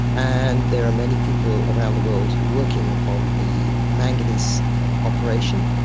and there are many people around the world working on the manganese operation.